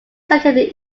located